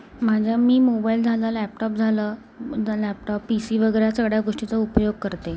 माझा मी मोबाईल झालं लॅपटॉप झालं लॅपटॉप पी सी वगैरे या सगळ्या गोष्टीचा उपयोग करते